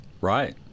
right